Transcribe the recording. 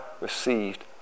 received